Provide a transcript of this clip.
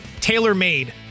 tailor-made